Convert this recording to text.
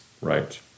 Right